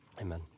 amen